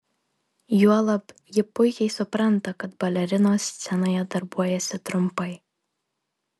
juolab ji puikiai supranta kad balerinos scenoje darbuojasi trumpai